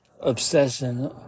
obsession